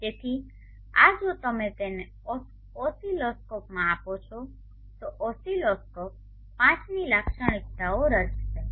તેથી આ જો તમે તેને ઓસિલોસ્કોપમાં આપો છો તો ઓસિલોસ્કોપ IV ની લાક્ષણિકતાઓ રચશે